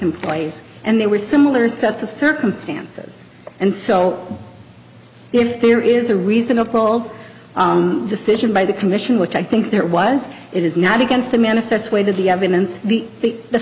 employees and there were similar sets of circumstances and so if there is a reasonable decision by the commission which i think there was it is not against the manifest w